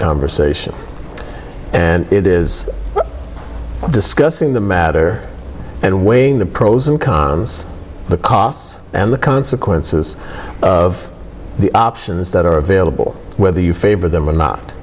conversation and it is discussing the matter and weighing the pros and cons the costs and the consequences of the options that are available whether you favor them or not